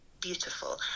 beautiful